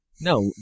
No